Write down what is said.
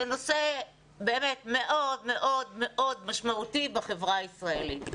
נושא באמת מאוד מאוד מאוד משמעותי בחברה הישראלית.